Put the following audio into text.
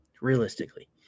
realistically